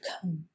come